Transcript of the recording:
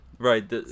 Right